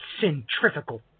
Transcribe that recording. centrifugal